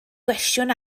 gwestiwn